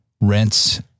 rents